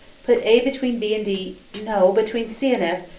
put a between b and d no! between c and f,